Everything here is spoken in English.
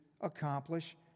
accomplish